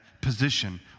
position